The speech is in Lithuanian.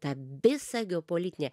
tą visą geopolitinę